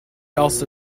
also